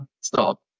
stop